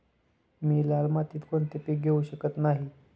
मी लाल मातीत कोणते पीक घेवू शकत नाही?